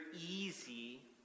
easy